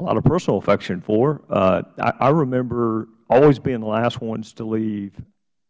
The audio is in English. a lot of personal affection for i remember always being the last ones to leave